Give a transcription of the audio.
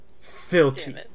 Filthy